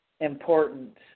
Important